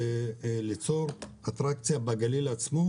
ליצור אטרקציה בגליל עצמו